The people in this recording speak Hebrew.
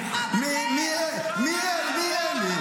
מי אלה?